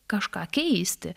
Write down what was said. kažką keisti